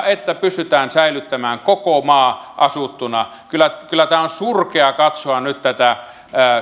että pystytään säilyttämään koko maa asuttuna kyllä kyllä tämä on surkeaa katsoa nyt tätä